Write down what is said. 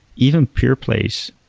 even pure place,